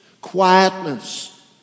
quietness